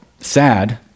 sad